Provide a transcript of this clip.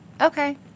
okay